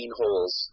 holes